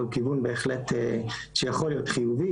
זהו כיוון בהחלט שיכול להיות חיובי,